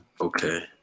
Okay